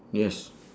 yes